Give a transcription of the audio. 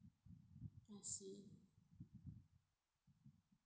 I see